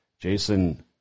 Jason